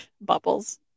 Bubbles